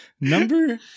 Number